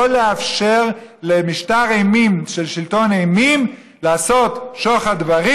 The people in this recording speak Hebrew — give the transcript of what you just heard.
לא לאפשר למשטר אימים של שלטון אימים לעשות שוחד דברים,